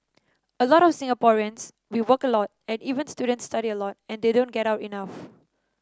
a lot of Singaporeans we work a lot and even students study a lot and they don't get out enough